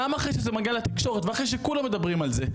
גם אחרי שזה מגיע לתקשורת ואחרי שכולם מדברים על זה,